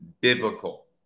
biblical